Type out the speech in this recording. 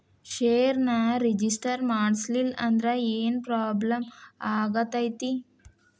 ಷೇರ್ನ ರಿಜಿಸ್ಟರ್ ಮಾಡ್ಸಿಲ್ಲಂದ್ರ ಏನ್ ಪ್ರಾಬ್ಲಮ್ ಆಗತೈತಿ